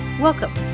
Welcome